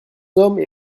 hommes